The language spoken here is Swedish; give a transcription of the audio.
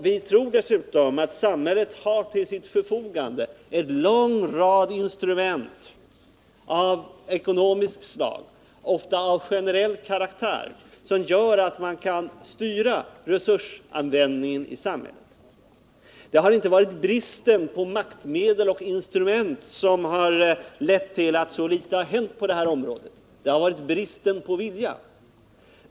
Vi tror dessutom att samhället till sitt förfogande har en lång rad instrument av ekonomiskt slag — ofta av generell karaktär — som gör att man kan styra resursanvändningen. Det har inte varit bristen på maktmedel och instrument som har lett till att så litet har hänt på det här området, det har varit bristen på vilja.